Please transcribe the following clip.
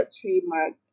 trademark